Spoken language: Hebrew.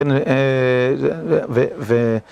אה... ו...